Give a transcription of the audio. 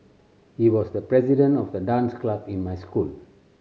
he was the president of the dance club in my school